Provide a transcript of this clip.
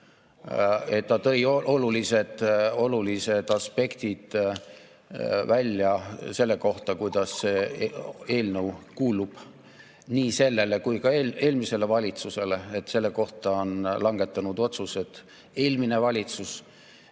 välja olulised aspektid, kuidas see eelnõu kuulub nii sellele kui ka eelmisele valitsusele, et selle kohta on langetanud otsused eelmine valitsus.